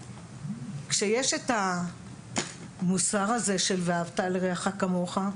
וכשיש את המוסר הזה של ואהבת לרעיך כמוך,